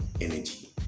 energy